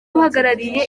uhagarariye